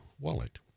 wallet